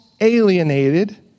alienated